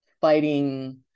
fighting